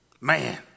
Man